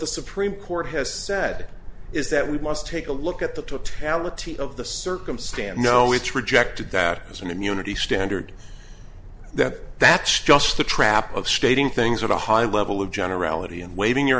the supreme court has said is that we must take a look at the totality of the circumstance no it's rejected that is an immunity standard that that's just the trap of stating things at a high level of generality and waving your